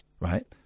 Right